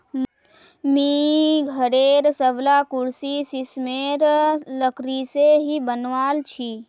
मुई घरेर सबला कुर्सी सिशमेर लकड़ी से ही बनवाल छि